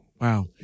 wow